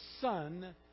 Son